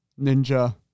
ninja